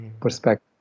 perspective